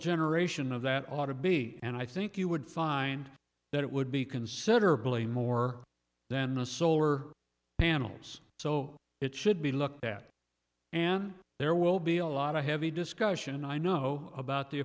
generation of that ought to be and i think you would find that it would be considerably more then the solar panels so it should be looked at and there will be a lot of heavy discussion i know about the